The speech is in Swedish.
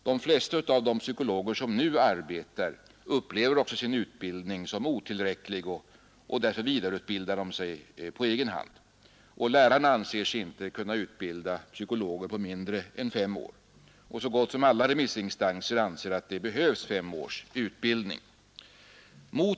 De flesta av de psykologer som nu arbetar upplever också sin utbildning såsom otillräcklig. Därför vidareutbildar de sig på egen hand. Lärarna anser sig inte kunna utbilda psykologer på mindre än fem år. Så gott som alla remissinstanser anser att femårsutbildningen behövs.